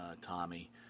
Tommy